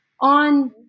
on